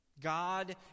God